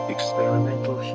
Experimental